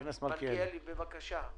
אביגדור קפלן, בבקשה.